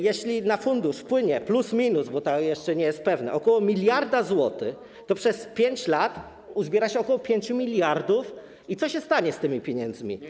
Jeśli na fundusz wpłynie plus minus, bo to jeszcze nie jest pewne, ok. 1 mld zł, a więc przez 5 lat uzbiera się ok. 5 mld, to co się stanie z tymi pieniędzmi?